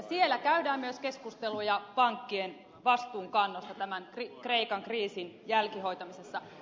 siellä käydään myös keskusteluja pankkien vastuunkannosta tämän kreikan kriisin jälkihoitamisessa